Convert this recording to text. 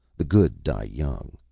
the good die young.